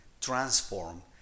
transform